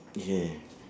okay